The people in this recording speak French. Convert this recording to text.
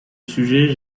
sujet